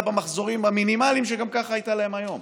במחזורים המינימליים שגם ככה יש להם היום.